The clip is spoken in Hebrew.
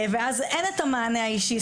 ואז אין את המענה האישי.